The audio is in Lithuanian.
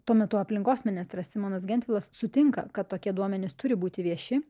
tuo metu aplinkos ministras simonas gentvilas sutinka kad tokie duomenys turi būti vieši